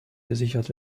gesichert